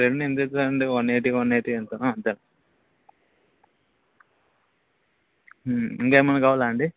రెండు ఎంతా అండి వన్ ఎయిటీ వన్ ఎయిటీ ఎంతనో అంతే అండి ఇంకేమన్నా కావాలా అండి